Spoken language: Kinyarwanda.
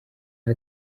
aho